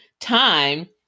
time